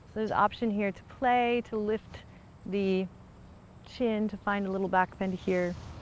this option here to play, to lift the chin to find a little back fin here,